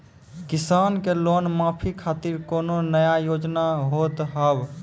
किसान के लोन माफी खातिर कोनो नया योजना होत हाव?